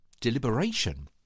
deliberation